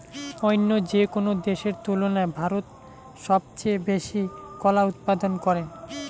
অইন্য যেকোনো দেশের তুলনায় ভারত সবচেয়ে বেশি কলা উৎপাদন করে